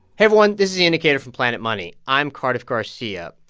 everyone. this is the indicator from planet money. i'm cardiff garcia.